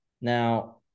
Now